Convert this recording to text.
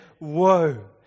Woe